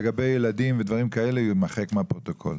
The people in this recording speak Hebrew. לגבי ילדים ודברים כאלה יימחק מהפרוטוקול.